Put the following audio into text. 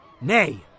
Nay